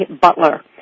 Butler